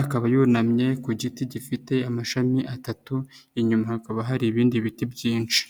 akaba yunamye ku giti gifite amashami atatu, inyuma hakaba hari ibindi biti byinshi.